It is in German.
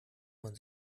man